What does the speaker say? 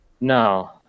No